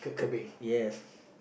yes